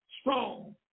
strong